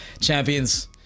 champions